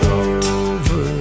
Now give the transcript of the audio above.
over